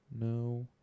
no